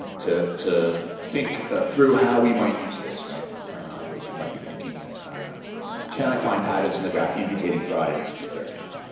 ah to to think through how we might use this. you might be thinking you know can i find patterns in the graph indicating fraud in a particular account?